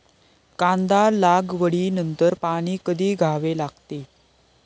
कांदा लागवडी नंतर पाणी कधी द्यावे लागते?